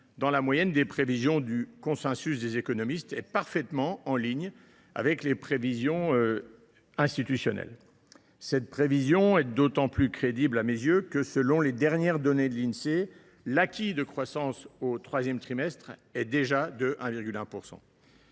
dans la moyenne des prévisions du Consensus des économistes et parfaitement en ligne avec les prévisions « institutionnelles ». Cette prévision est d’autant plus crédible à mes yeux que, selon les dernières données de l’Insee, l’acquis de croissance au troisième trimestre est déjà de 1,1 %.